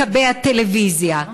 לקבע טלוויזיה.